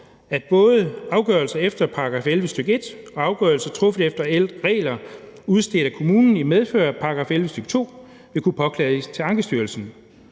at både afgørelser efter § 11, stk. 1, og afgørelser truffet efter regler udstedt af kommunen i medfør af § 11, stk. 2, vil kunne påklages til Ankestyrelsen.